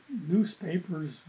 newspapers